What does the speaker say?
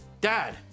Dad